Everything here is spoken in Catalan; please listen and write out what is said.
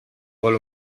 vol